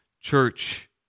church